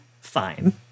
fine